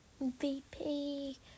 VP